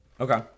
Okay